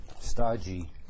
stodgy